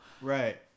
right